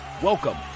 Welcome